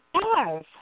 yes